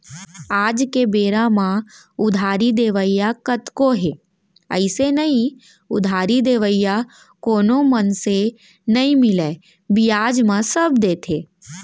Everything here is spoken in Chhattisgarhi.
आज के बेरा म उधारी देवइया कतको हे अइसे नइ उधारी देवइया कोनो मनसे नइ मिलय बियाज म सब देथे